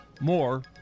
More